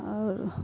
आउ अहाँ